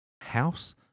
house